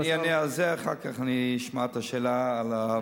אני אענה על זה ואחר כך אשמע את השאלה על הבריאות.